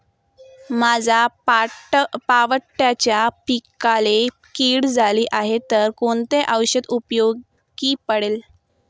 माझ्या पावट्याच्या पिकाला कीड झाली आहे तर कोणते औषध उपयोगी पडेल?